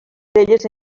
d’elles